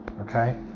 okay